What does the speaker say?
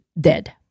dead